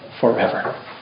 forever